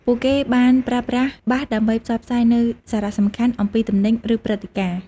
ពួកគេបានប្រើប្រាស់បាសដើម្បីផ្សព្វផ្សាយនូវសារសំខាន់ៗអំពីទំនិញឬព្រឹត្តិការណ៍។